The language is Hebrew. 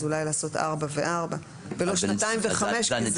אז אולי לעשות ארבע וארבע ולא שנתיים וחמש.